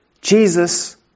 Jesus